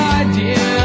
idea